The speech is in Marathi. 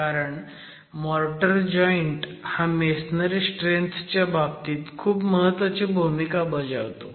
कारण मोर्टर जॉईंट हा मेसनरी स्ट्रेंथ च्या बाबतीत खूप महत्त्वाची भूमिका बजावतो